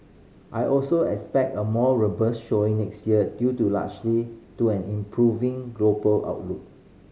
I also expect a more robust showing next year due to largely to an improving global outlook